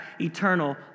eternal